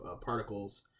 particles